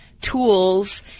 tools